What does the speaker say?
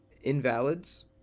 Invalids